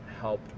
help